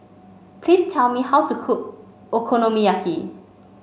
please tell me how to cook Okonomiyaki